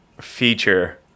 feature